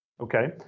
Okay